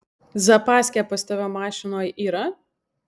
zapaskė pas tave mašinoj yra